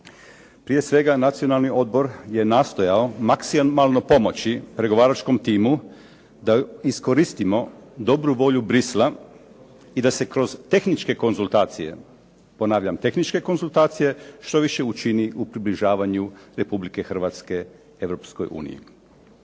Prije svega Nacionalni odbor je nastojao maksimalno pomoći pregovaračkom timu da iskoristimo dobru volju Bruxellesa i da se kroz tehničke konzultacije što više učini u približavanju Republike Hrvatske